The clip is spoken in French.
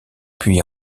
puis